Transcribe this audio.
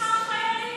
שכר החיילים?